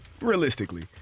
realistically